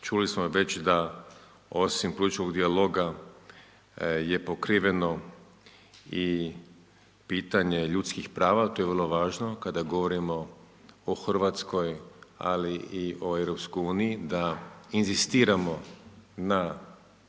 Čuli smo već da osim političkog dijaloga je pokriveno i pitanje ljudskim prava, to je vrlo važno kada govorimo o Hrvatskoj, ali i o Europskoj uniji, da inzistiramo na